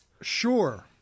Sure